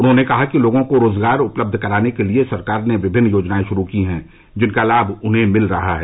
उन्होंने कहा कि लोगों को रोजगार उपलब्ध कराने के लिए सरकार ने विमिन्न योजनाएं शुरू की हैं जिनका लाभ उन्हें मिल रहा है